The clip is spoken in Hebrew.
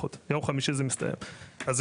ביום חמישי זה מסתיים, לא יהיו הארכות.